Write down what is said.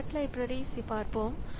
இந்த thread libraries பார்ப்போம்